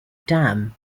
dam